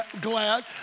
glad